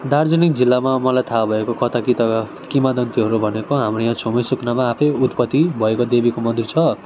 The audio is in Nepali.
दार्जिलिङ जिल्लामा मलाई थाह भएको कथा कित किंवदन्तीहरू भनेको हाम्रो यहाँ छेउमा सुकुनामा आफै उत्पत्ति भएको देवीको मन्दिर छ